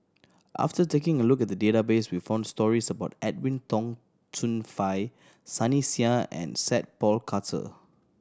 after taking a look at the database we found stories about Edwin Tong Chun Fai Sunny Sia and Sat Pal Khattar